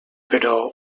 però